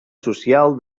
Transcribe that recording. social